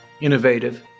innovative